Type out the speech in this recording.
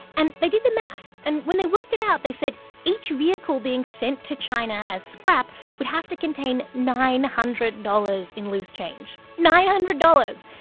and they did the math and when they worked it out, they said each vehicle being sent to china as scrap would have to contain nine hundred dollars in loose change nine hundred dollars.